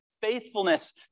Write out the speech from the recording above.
faithfulness